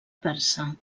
persa